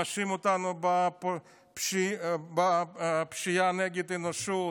מאשים אותנו בפשיעה נגד האנושות,